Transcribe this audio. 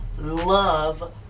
love